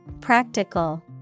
Practical